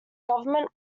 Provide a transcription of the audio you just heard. government